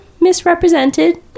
misrepresented